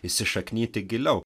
įsišaknyti giliau